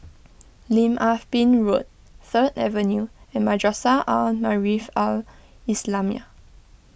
Lim Ah Pin Road Third Avenue and Madrasah Al Maarif Al Islamiah